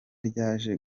ryaje